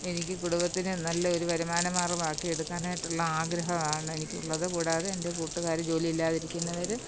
എനിക്ക് കുടുംബത്തിനെ നല്ല ഒരു വരുമാനമാര്ഗമാക്കിയെടുക്കാനായിട്ടുള്ള ആഗ്രഹമാണെനിക്കുള്ളത് കൂടാതെ എന്റെ കൂട്ടുകാര് ജോലിയില്ലാതിരിക്കുന്നവര്